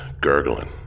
gurgling